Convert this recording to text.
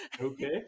Okay